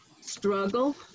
struggle